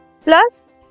plus